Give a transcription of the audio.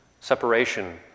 separation